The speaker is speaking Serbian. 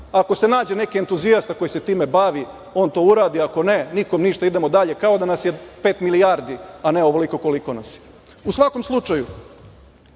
ako se nađe neki entuzijasta koji se time bavi on to uradi, ako ne nikom ništa, idemo dalje kao da nas je pet milijardi a ne ovoliko koliko nas je.U svakom slučaju,